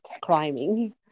climbing